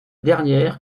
dernière